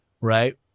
right